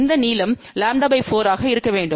இந்த நீளம்λ 4 ஆகஇருக்க வேண்டும்